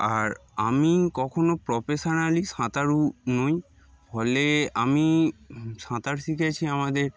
আর আমি কখনও প্রফেশনালি সাঁতারু নই ফলে আমি সাঁতার শিখেছি আমাদের